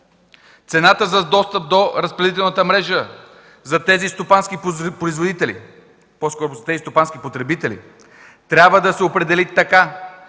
Цената на достъп до разпределителната мрежа за тези стопански потребители трябва да се определи така,